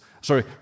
sorry